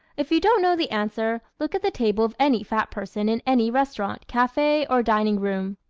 if you don't know the answer, look at the table of any fat person in any restaurant, cafe or dining room.